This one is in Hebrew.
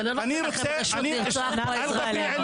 זה לא נותן לכם רשות לרצוח פה אזרחים.